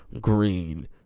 Green